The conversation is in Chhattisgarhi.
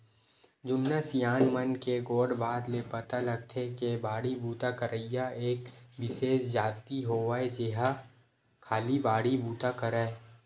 जुन्ना सियान मन के गोठ बात ले पता लगथे के बाड़ी बूता करइया एक बिसेस जाति होवय जेहा खाली बाड़ी बुता करय